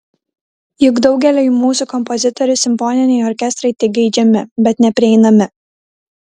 juk daugeliui mūsų kompozitorių simfoniniai orkestrai tik geidžiami bet neprieinami